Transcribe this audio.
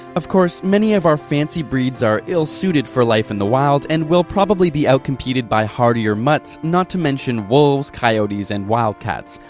of course, many of our fancy breeds are ill-suited for life in the wild, and will probably be outcompeted by hardier mutts, not to mention wolves, coyotes and wildcats.